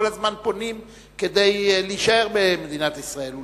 כל הזמן פונים כדי להישאר במדינת ישראל.